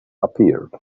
appeared